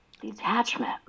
Detachment